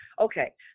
Okay